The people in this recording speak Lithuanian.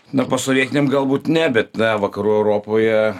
na postsovietinėm galbūt ne bet na vakarų europoje